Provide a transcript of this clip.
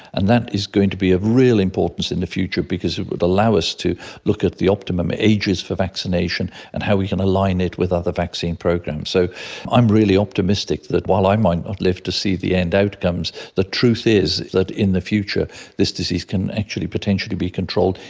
and that is going to be of real importance in the future because it would allow us to look at the optimum ages for vaccination and how we could align it with other vaccine programs. so i'm really optimistic that while i might not live to see the end outcomes, the truth is that in the future this disease can actually potentially be controlled,